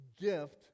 gift